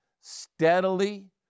steadily